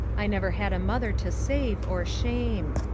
i never had a mother to save, or shame.